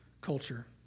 culture